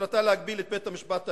שמטרתה להגביל את בית-המשפט העליון.